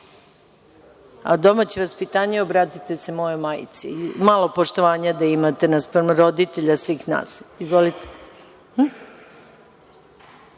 za domaće vaspitanje obratite se mojoj majci. Malo poštovanja da imate naspram roditelja svih nas. Izvolite. Poslaniče,